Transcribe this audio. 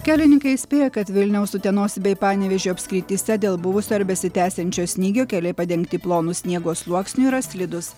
kelininkai įspėja kad vilniaus utenos bei panevėžio apskrityse dėl buvusio ar besitęsiančio snygio keliai padengti plonu sniego sluoksniu yra slidūs